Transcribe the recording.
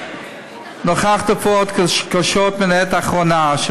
נוכח תופעות קשות מן העת האחרונה של